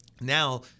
now